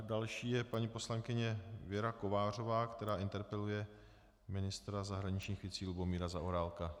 Další je paní poslankyně Věra Kovářová, která interpeluje ministra zahraničních věcí Lubomíra Zaorálka.